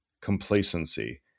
complacency